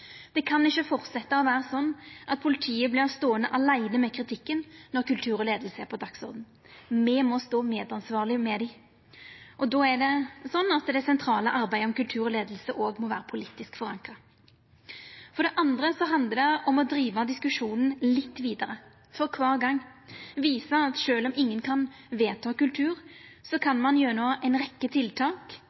Det kan ikkje fortsetja å vera slik at politiet vert ståande åleine med kritikken når kultur og leiing er på dagsordenen. Me må stå medansvarlege med dei. Då må det sentrale arbeidet med kultur og leiing også vera politisk forankra. For det andre handlar det om å driva diskusjonen litt vidare, for kvar gong, visa at sjølv om ingen kan vedta kultur, kan ein, gjennom ei rekkje tiltak